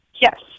Yes